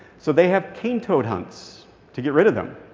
so they have cane toad hunts to get rid of them.